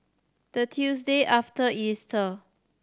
the Tuesday after Easter